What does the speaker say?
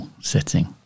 setting